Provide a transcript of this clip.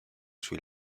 sui